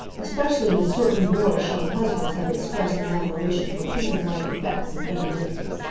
especially when certain boorish young husbands have expressed an admiration for pink-and-white effects in femininity.